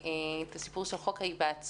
את הסיפור של חוק ההיוועצות,